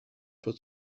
for